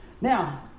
Now